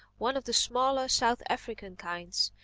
one of the smaller south african kinds.